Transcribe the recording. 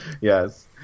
Yes